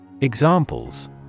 Examples